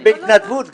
ובהתנדבות גם.